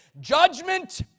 judgment